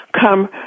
come